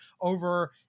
over